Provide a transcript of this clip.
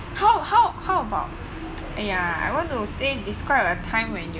how how how about !aiya! I want to say describe a time when